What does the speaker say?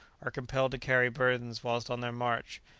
are compelled to carry burdens whilst on their march,